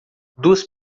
duas